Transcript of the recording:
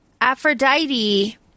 Aphrodite